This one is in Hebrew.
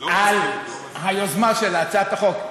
על היוזמה של הצעת החוק.